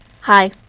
Hi